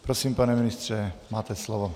Prosím, pane ministře, máte slovo.